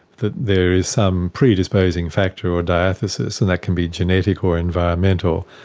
that there is some predisposing factor or diathesis, and that can be genetic or environmental,